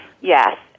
Yes